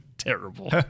terrible